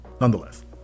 Nonetheless